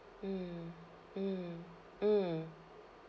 mm mm mm